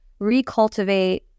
recultivate